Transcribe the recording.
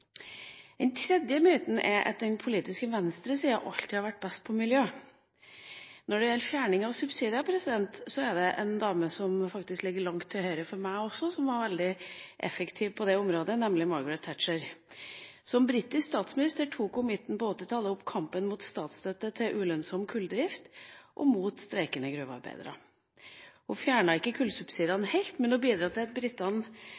Den tredje myten er at den politiske venstresida alltid har vært best på miljø. Når det gjelder fjerning av subsidier, er det en dame som faktisk ligger langt til høyre for meg, som var veldig effektiv på det området, nemlig Margaret Thatcher. Som britisk statsminister tok hun på midten av 1980-tallet opp kampen mot statsstøtte til ulønnsom kulldrift og mot streikende gruvearbeidere. Hun fjernet ikke